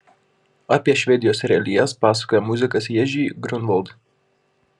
apie švedijos realijas pasakoja muzikas ježy grunvald